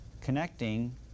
connecting